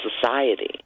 society